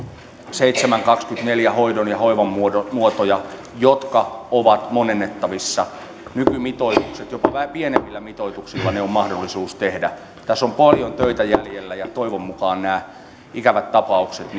seitsemän hoidon ja hoivan muotoja muotoja jotka ovat monennettavissa nykymitoituksilla jopa pienemmillä mitoituksilla ne on mahdollista tehdä tässä on paljon töitä jäljellä ja toivon mukaan nämä ikävät tapaukset